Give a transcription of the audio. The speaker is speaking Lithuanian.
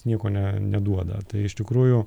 nieko ne neduoda tai iš tikrųjų